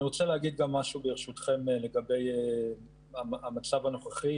אני רוצה להגיד גם משהו לגבי המצב הנוכחי,